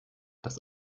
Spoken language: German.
das